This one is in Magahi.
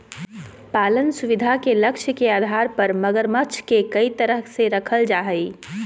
पालन सुविधा के लक्ष्य के आधार पर मगरमच्छ के कई तरह से रखल जा हइ